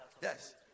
Yes